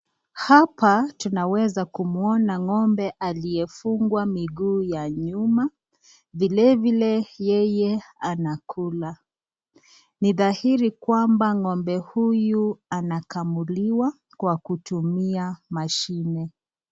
Hapa tunaweza kumuona ng'ombe aliyefungwa miguu ya nyuma. Vile vile yeye anakula ni dhahiri kwamba ng'ombe huyu anakamuliwa kwa kutumia mashine.